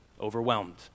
overwhelmed